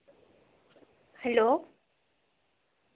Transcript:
hello